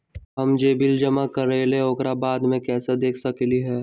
हम जे बिल जमा करईले ओकरा बाद में कैसे देख सकलि ह?